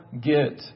get